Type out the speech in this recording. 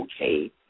okay